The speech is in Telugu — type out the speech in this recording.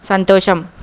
సంతోషం